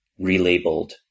relabeled